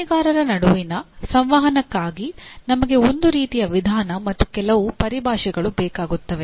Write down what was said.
ಹೊಣೆಗಾರರ ನಡುವಿನ ಸಂವಹನಕ್ಕಾಗಿ ನಮಗೆ ಒಂದು ರೀತಿಯ ವಿಧಾನ ಮತ್ತು ಕೆಲವು ಪರಿಭಾಷೆಗಳು ಬೇಕಾಗುತ್ತವೆ